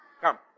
Come